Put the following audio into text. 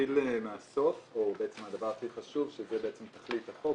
נתחיל מהסוף או בעצם הדבר הכי חשוב שזה תכלית החוק,